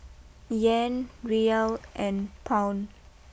Yen Riyal and Pound